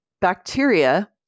bacteria